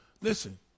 Listen